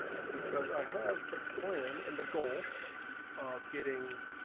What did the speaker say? because i have a plan and the goal of getting